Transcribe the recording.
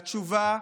והתשובה,